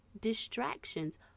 distractions